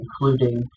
including